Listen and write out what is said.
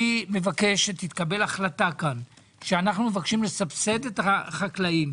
אני מבקש שתתקבל החלטה כאן שאנחנו מבקשים לסבסד את החקלאים,